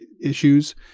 issues